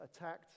attacked